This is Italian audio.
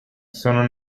sono